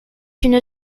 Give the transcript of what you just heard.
une